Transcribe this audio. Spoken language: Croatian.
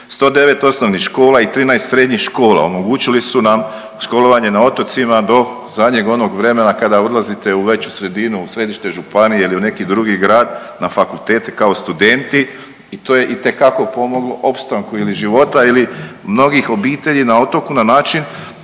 109 osnovnih škola i 13 srednjih škola omogućili su nam školovanje na otocima do zadnjeg onog vremena kada odlazite u veću sredinu, u središte županije ili u neki drugi grad, na fakultete kao studenti i to je itekako pomoglo opstanku ili života ili mnogih obitelji na otoku na način